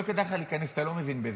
לא כדאי לך להיכנס, אתה לא מבין בזה.